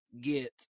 get